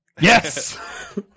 Yes